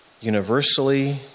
universally